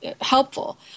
helpful